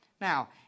Now